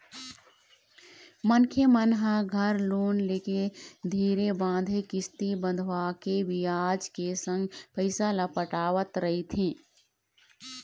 मनखे मन ह घर लोन लेके धीरे बांधे किस्ती बंधवाके बियाज के संग पइसा ल पटावत रहिथे